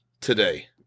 today